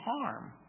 harm